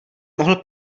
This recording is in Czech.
mohl